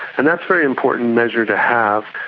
and that's a very important measure to have,